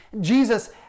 Jesus